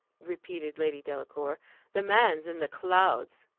repeated lady delacour the man's in the clouds!